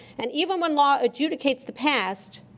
and even when law adjudicates the past,